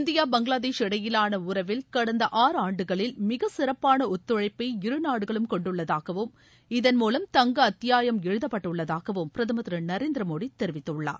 India Bangladesh இடையிலான உறவில் கடந்த ஆறு ஆண்டுகளில் மிகச்சிறப்பான ஒத்துழைப்பை இருநாடுகளும் கொண்டுள்ளதாகவும் இதன் மூலம் தங்க அத்தியாயம் எழுதப்பட்டுள்ளதாகவும் பிரதமர் திரு நரேந்திர மோடி தெரிவித்துள்ளார்